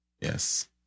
Yes